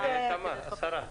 השרה,